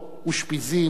"אושפיזין",